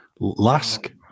Lask